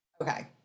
Okay